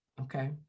Okay